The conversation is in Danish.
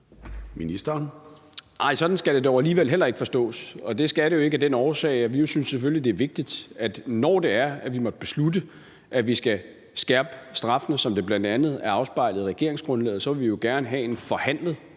sådan skal det dog alligevel heller ikke forstås. Det skal det jo ikke af den årsag, at vi selvfølgelig synes, det er vigtigt, at når det er, at vi måtte beslutte, at vi skal skærpe straffene, som det bl.a. er afspejlet i regeringsgrundlaget, så vil vi gerne have en forhandlet